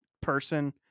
person